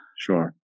Sure